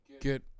get